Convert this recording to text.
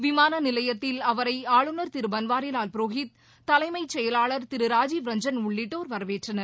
விமான நிலையத்தில் அவரை ஆளுநர் திரு பன்வாரிலால் புரோஹித் தலைமைச் செயலாளர் திரு ராஜீவ் ரஞ்சன் உள்ளிட்டோர் வரவேற்றனர்